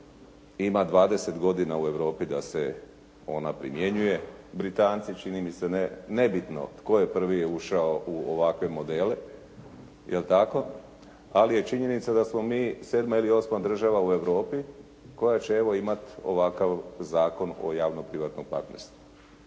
Ima 20 godina u Europi da se ona primjenjuje. Britanci čini mi se, nebitno tko je prvi ušao u ovakve modele jel' tako, ali je činjenica da smo mi sedma ili osma država u Europi koja će evo imati ovakav Zakon o javno-privatnom partnerstvu.